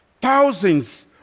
Thousands